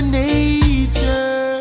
nature